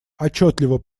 отчетливо